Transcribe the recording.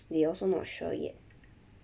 they also not sure yet